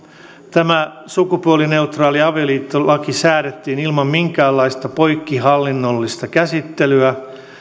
tämä sukupuolineutraali avioliittolaki säädettiin ilman minkäänlaista poikkihallinnollista käsittelyä